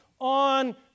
on